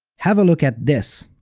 have a look at this!